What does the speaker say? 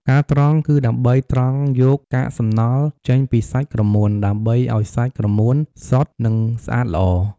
ការត្រង គឺដើម្បីត្រង់យកកាកសំណល់ចេញពីសាច់ក្រមួន ដើម្បីឲ្យសាច់ក្រមួនសុទ្ធនឹងស្អាតល្អ។